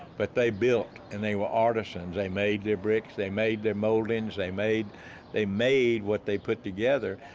but they built and they were artisans. they made their bricks, they made their moldings. they made they made what they put together,